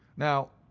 now,